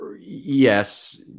Yes